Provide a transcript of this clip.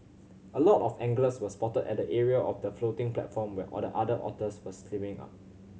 a lot of anglers were spotted at the area of the floating platform where all the other otters were swimming up